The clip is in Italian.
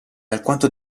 alquanto